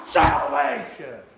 salvation